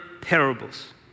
parables